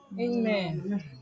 amen